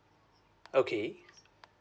okay